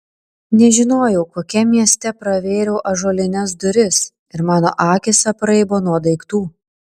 nežinojau kokiam mieste pravėriau ąžuolines duris ir mano akys apraibo nuo daiktų